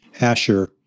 Asher